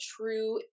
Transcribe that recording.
true